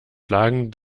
plagen